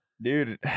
Dude